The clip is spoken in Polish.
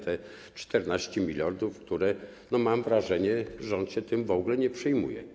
Te 14 mld, którymi - mam wrażenie - rząd się w ogóle nie przejmuje.